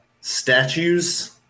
statues